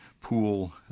pool